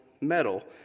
metal